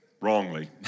Wrongly